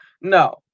No